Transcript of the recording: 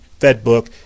FedBook